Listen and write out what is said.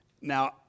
now